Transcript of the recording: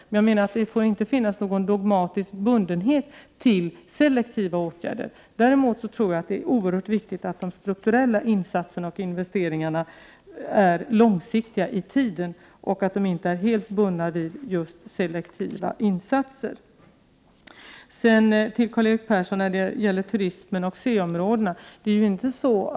Vad jag menar är att det inte skall vara en dogmatisk bundenhet till selektiva åtgärder. Däremot tror jag att det är oerhört viktigt att de strukturella insatserna och investeringarna är långsiktiga och att de inte är helt bundna till just selektiva insatser. Sedan något om turismen och C-områdena, Karl-Erik Persson!